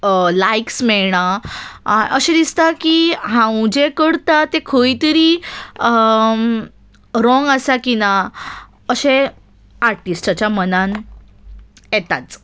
likes मेळना अशें दिसता की हांव जें करतां तें खंय तरी रोंग आसा की ना अशें आर्टिस्टाच्या मनान येताच